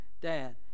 Dad